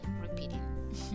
repeating